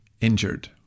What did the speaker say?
injured